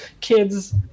kids